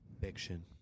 Fiction